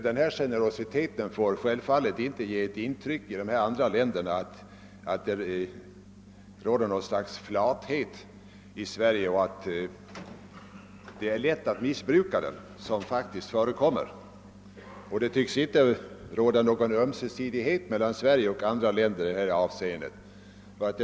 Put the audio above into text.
Denna generositet får emellertid inte i andra länder leda till att man får det intrycket att myndigheterna i Sverige vi sar flathet i sådana sammanhang och att det är lätt att missbruka deras inställning. En sådan uppfattning förekommer faktiskt. Det tycks inte heller råda någon ömsesidighet i detta avseende mellan Sverige och andra länder.